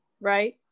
right